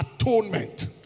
atonement